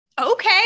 Okay